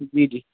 جی جی